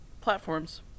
platforms